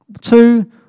two